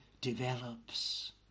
develops